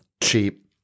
cheap